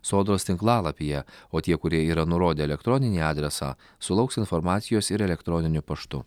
sodros tinklalapyje o tie kurie yra nurodę elektroninį adresą sulauks informacijos ir elektroniniu paštu